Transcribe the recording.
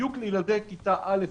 בדיוק לילדי כיתה א',